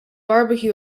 barbecue